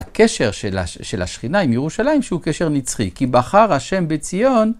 הקשר של השכינה עם ירושלים, שהוא קשר נצחי, כי בחר השם בציון.